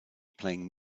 playing